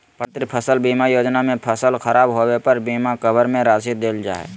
प्रधानमंत्री फसल बीमा योजना में फसल खराब होबे पर बीमा कवर में राशि देल जा हइ